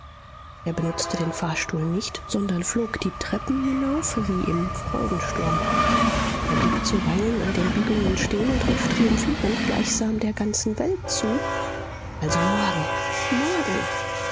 er benutzte den fahrstuhl nicht sondern flog die treppen hinauf wie im freudensturm er blieb zuweilen an den biegungen stehen und rief triumphierend gleichsam der ganzen welt zu also morgen morgen